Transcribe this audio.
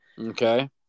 Okay